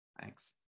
Thanks